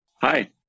Hi